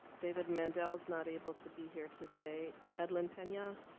david mandell is not able to be here today. edlyn pena?